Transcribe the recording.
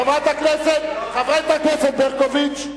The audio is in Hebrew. חברת הכנסת ברקוביץ,